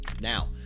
now